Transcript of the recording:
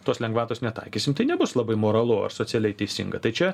tos lengvatos netaikysim tai nebus labai moralu ar socialiai teisinga tai čia